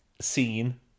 scene